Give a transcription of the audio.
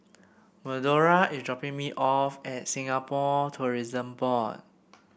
Medora is dropping me off at Singapore Tourism Board